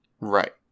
Right